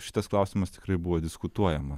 šitas klausimas tikrai buvo diskutuojama